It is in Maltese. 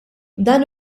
dan